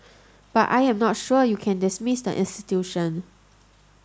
but I'm not sure you can dismiss the institution